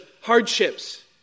hardships